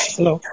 Hello